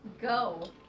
go